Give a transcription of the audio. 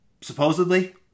supposedly